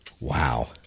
Wow